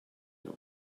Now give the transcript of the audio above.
you